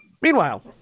Meanwhile